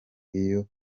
iyo